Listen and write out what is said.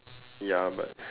ya but